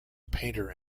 painter